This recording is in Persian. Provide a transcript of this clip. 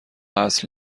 اصل